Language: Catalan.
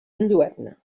enlluerna